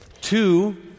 Two